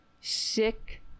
sick